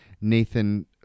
Nathan